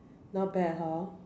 not bad hor